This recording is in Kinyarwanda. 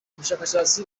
ubushakashatsi